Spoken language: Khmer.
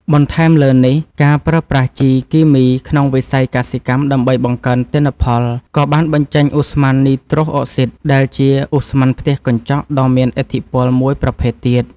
បន្ថែមលើនេះ ការប្រើប្រាស់ជីគីមីក្នុងវិស័យកសិកម្មដើម្បីបង្កើនទិន្នផល ក៏បានបញ្ចេញឧស្ម័ននីត្រូសអុកស៊ីត ដែលជាឧស្ម័នផ្ទះកញ្ចក់ដ៏មានឥទ្ធិពលមួយប្រភេទទៀត។